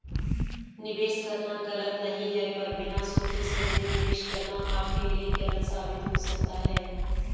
निवेश करना गलत नहीं है पर बिना सोचे समझे निवेश करना आपके लिए गलत साबित हो सकता है